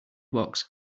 box